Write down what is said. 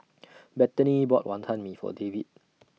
Bethany bought Wantan Mee For David